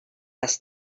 yaz